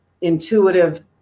intuitive